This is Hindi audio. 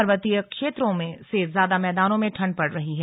पर्वतीय क्षेत्रों से ज्यादा मैदानों में ठंड पड़ रही है